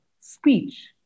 speech